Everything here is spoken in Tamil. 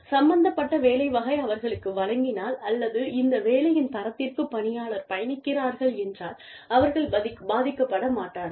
சம்பந்தப்பட்ட வேலை வகை அவர்களுக்கு வழங்கினால் அல்லது இந்த வேலையின் தரத்திற்கு பணியாளர் பயணிக்கிறார்கள் என்றால் அவர்கள் பாதிக்கப்பட மாட்டார்கள்